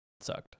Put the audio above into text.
sucked